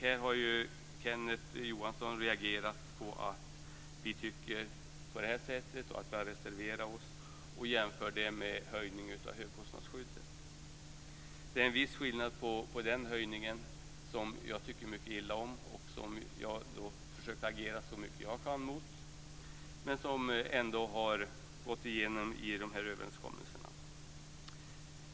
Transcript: Här har Kenneth Johansson reagerat på att vi tycker på det här sättet och på att vi har reserverat oss och jämför det med höjning av högkostnadsskyddet. Det är en viss skillnad på den höjningen som jag tycker mycket illa om. Jag försökte agera så mycket jag kunde mot den. Men den har ändå gått igenom i överenskommelserna.